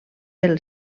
pel